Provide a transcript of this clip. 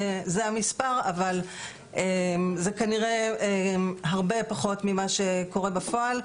אבל זה כנראה הרבה פחות ממה שקורה בפועל,